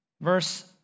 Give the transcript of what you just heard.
Verse